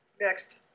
Next